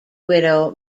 widow